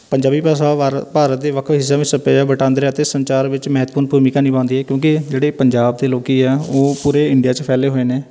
ਪੰਜਾਬੀ ਭਾਸ਼ਾ ਭਾਰ ਭਾਰਤ ਦੇ ਵੱਖ ਵੱਖ ਹਿੱਸਿਆਂਂ ਵਿੱਚ ਸੱਭਿਆਚਾਰ ਵਟਾਂਦਰੇ ਅਤੇ ਸੰਚਾਰ ਵਿੱਚ ਮਹਤੱਵਪੂਰਨ ਭੂਮਿਕਾ ਨਿਭਾਉਂਦੀ ਕਿਉਂਕਿ ਜਿਹੜੇ ਪੰਜਾਬ ਦੇ ਲੋਕੀ ਆ ਉਹ ਪੂਰੇ ਇੰਡੀਆ 'ਚ ਫੈਲੇ ਹੋਏ ਨੇ